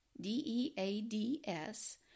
D-E-A-D-S